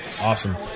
Awesome